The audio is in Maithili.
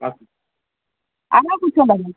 आरो किछो लेबै